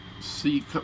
see